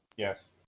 Yes